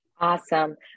Awesome